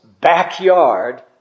backyard